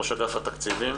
ראש אגף התקציבים?